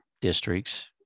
Districts